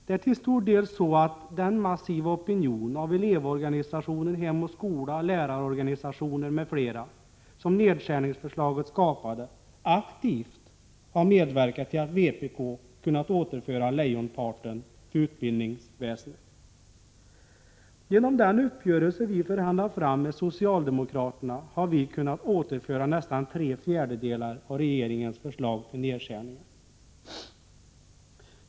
Det är till stor del så att den massiva opinion — av elevoch lärarorganisationer, Hem och Skola m.fl. — som nedskärningsförslaget skapade aktivt har medverkat till att vpk kunnat återföra lejonparten till utbildningsväsendet. Genom den uppgörelse vi förhandlat fram med socialdemokraterna har vi kunnat återföra nästan tre fjärdedelar av regeringens förslag till nedskärningar.